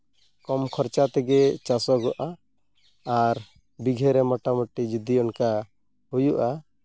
ᱠᱚᱢ ᱠᱷᱚᱨᱪᱟ ᱛᱮᱜᱮ ᱪᱟᱥᱚᱜᱚᱜᱼᱟ ᱟᱨ ᱵᱤᱜᱷᱟᱹᱨᱮ ᱢᱳᱴᱟᱢᱩᱴᱤ ᱡᱩᱫᱤ ᱚᱱᱠᱟ ᱦᱩᱭᱩᱜᱼᱟ